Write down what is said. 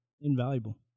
invaluable